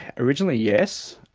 originally yes,